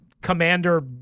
commander